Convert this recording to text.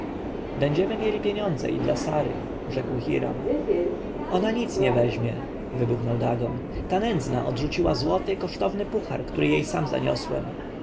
będziemy mieli pieniądze i dla sary rzekł hiram ona nic nie weźmie wybuchnął dagon ta nędzna odrzuciła złoty kosztowny puhar który jej sam zaniosłem